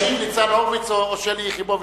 ישיבו ניצן הורוביץ או שלי יחימוביץ,